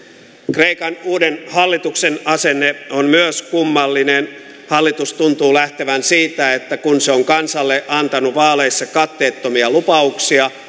kreikan uuden hallituksen asenne on myös kummallinen hallitus tuntuu lähtevän siitä että kun se on kansalle antanut vaaleissa katteettomia lupauksia